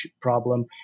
problem